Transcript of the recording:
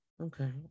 Okay